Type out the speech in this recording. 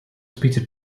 peter